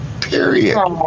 period